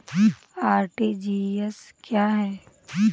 RTGS क्या है?